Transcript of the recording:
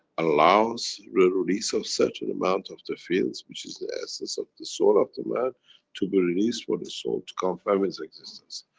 allows release of certain amount of the fields, which is the essence of the soul of the man to be released for the soul to confirm its existence?